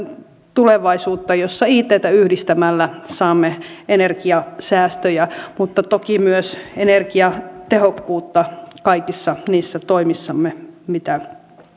tulevaisuutta jossa ittä yhdistämällä saamme energiasäästöjä mutta toki myös tarvitaan energiatehokkuutta kaikissa niissä toimissamme mitä